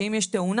שאם יש תאונה,